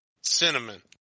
Cinnamon